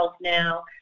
now